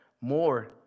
more